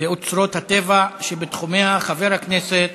לאוצרות הטבע שבתחומיה, מס' 364, של חבר הכנסת